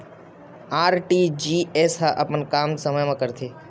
RTGS ह अपन काम समय मा करथे?